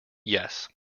yes